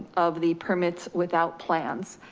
of the permits without plans.